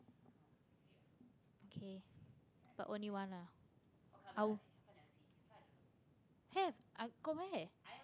okay but only one ah have i i got wear